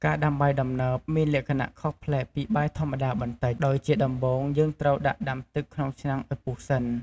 ការដាំបាយដំណើបមានលក្ខណៈខុសប្លែកពីបាយធម្មតាបន្តិច ដោយជាដំបូងយើងត្រូវដាក់ដាំទឹកក្នុងឆ្នាំងឱ្យពុះសិន។